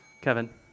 Kevin